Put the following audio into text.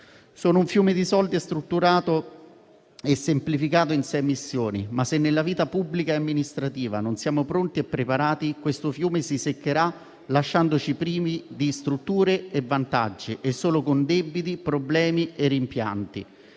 Sono un fiume di soldi, strutturato e semplificato in sei missioni. Se però nella vita pubblica e amministrativa non siamo pronti e preparati, questo fiume si seccherà, lasciandoci privi di strutture e vantaggi e solo con debiti, problemi e rimpianti.